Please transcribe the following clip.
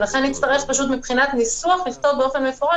ולכן נצטרך מבחינת ניסוח לכתוב באופן מפורש